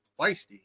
feisty